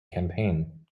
campaign